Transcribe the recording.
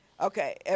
Okay